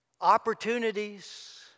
opportunities